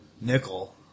nickel